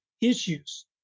issues